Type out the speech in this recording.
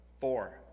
Four